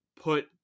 put